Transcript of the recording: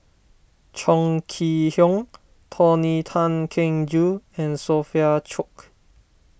Chong Kee Hiong Tony Tan Keng Joo and Sophia Cooke